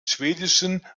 schwedischen